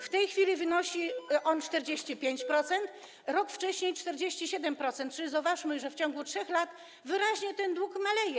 W tej chwili wynosi on 45%, rok wcześniej to było 47%, czyli zauważmy, że w ciągu 3 lat wyraźnie ten dług maleje.